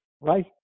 Right